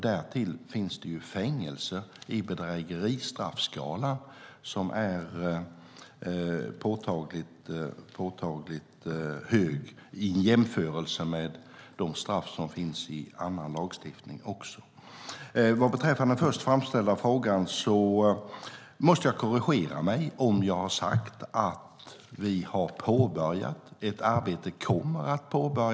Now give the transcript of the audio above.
Därtill finns det fängelsestraff i bedrägeristraffskalan som är påtagligt strängt i jämförelse med de straff som finns i annan lagstiftning. Vad beträffar den först framställda frågan måste jag korrigera mig om jag har sagt att vi har påbörjat ett arbete vad gäller företagsbot.